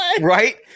Right